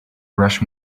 rush